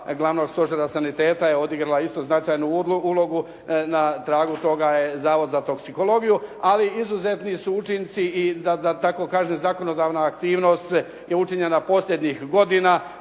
Glavnog stožera saniteta je odigrala isto značajnu ulogu. Na tragu toga je Zavod za toksikologiju, ali izuzetni su učinci i da tako kažem zakonodavna aktivnost je učinjena posljednjih godina,